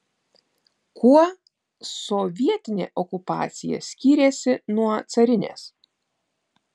kuo sovietinė okupacija skyrėsi nuo carinės